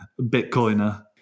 bitcoiner